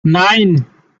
nine